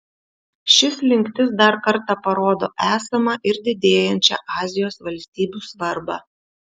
ši slinktis dar kartą parodo esamą ir didėjančią azijos valstybių svarbą